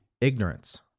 ignorance